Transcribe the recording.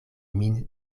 min